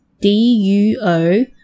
D-U-O